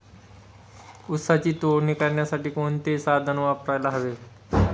ऊसाची तोडणी करण्यासाठी कोणते साधन वापरायला हवे?